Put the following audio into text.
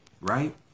right